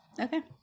Okay